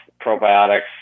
probiotics